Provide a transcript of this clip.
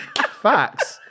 Facts